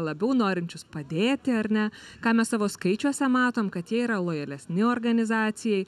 labiau norinčius padėti ar ne ką mes savo skaičiuose matom kad jie yra lojalesni organizacijai